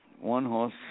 one-horse